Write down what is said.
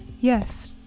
Yes